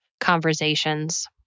conversations